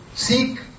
Seek